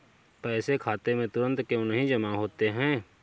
पैसे खाते में तुरंत क्यो नहीं जमा होते हैं?